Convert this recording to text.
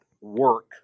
work